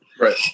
right